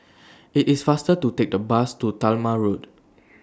IT IS faster to Take The Bus to Talma Road